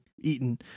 eaten